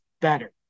better